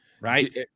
right